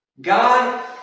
God